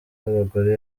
z’abagore